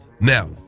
Now